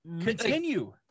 continue